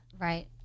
Right